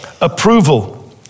approval